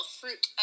fruit